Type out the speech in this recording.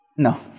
No